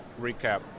recap